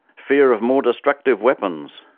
fear of more destructive weapons.